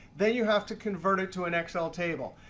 then you have to convert it to an excel table.